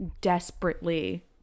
desperately